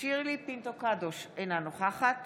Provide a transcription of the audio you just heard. שירלי פינטו קדוש, אינה נוכחת